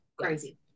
crazy